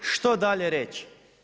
Što dalje reći?